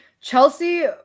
Chelsea